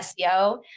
SEO